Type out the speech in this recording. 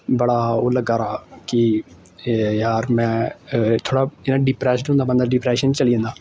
बड़ा ओह् लग्गा दा कि यार में थोह्ड़ा इ'यां डिप्रैसड होंदा बंदा डिप्रैशन चली जंदा